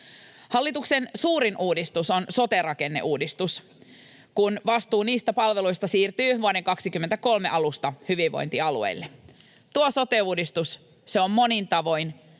Hallituksen suurin uudistus on sote-rakenneuudistus, kun vastuu niistä palveluista siirtyy vuoden 23 alusta hyvinvointialueille. Tuo sote-uudistus on monin tavoin,